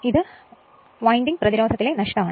അത് വൈൻഡിങ് പ്രതിരോധത്തിൽ നഷ്ടം